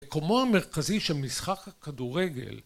מקומו המרכזי של משחק הכדורגל